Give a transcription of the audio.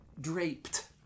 Draped